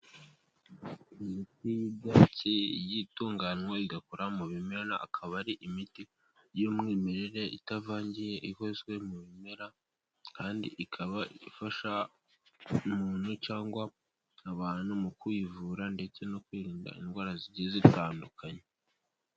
Imiti y'ibyatsi y'itunganywa igakora mu bimera, akaba ari imiti y'umwimerere itavangiye ikozwe mu bimera, kandi ikaba ifasha umuntu cyangwa abantu mu kwivura ndetse no kwirinda indwara zigiye zitandukanye.